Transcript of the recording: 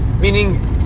Meaning